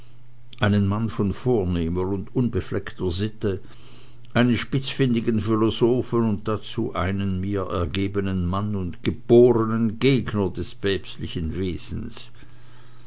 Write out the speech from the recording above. einen mann von vornehmer und unbefleckter sitte einen spitzfindigen philosophen und dazu einen mir ergebenen mann und geborenen gegner des päpstlichen wesens